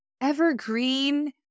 Evergreen